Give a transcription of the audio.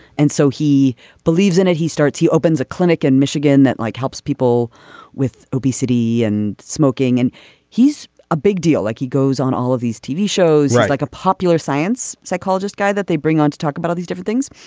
and so he believes in it he starts he opens a clinic in and michigan that like helps people with obesity and smoking and he's a big deal like he goes on all of these tv shows like a popular science psychologist guy that they bring on to talk about all these different things.